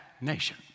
nation